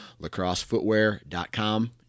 lacrossefootwear.com